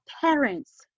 parents